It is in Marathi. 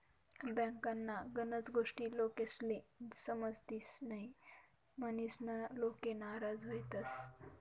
बँकन्या गनच गोष्टी लोकेस्ले समजतीस न्हयी, म्हनीसन लोके नाराज व्हतंस